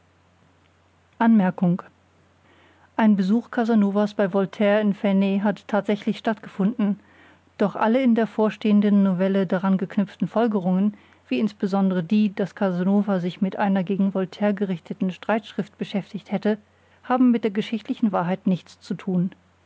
ein besuch casanovas bei voltaire in ferney hat tatsächlich stattgefunden doch alle in der vorstehenden novelle daran geknüpften folgerungen wie insbesondre die daß casanova sich mit einer gegen voltaire gerichteten streitschrift beschäftigt hätte haben mit der geschichtlichen wahrheit nichts zu tun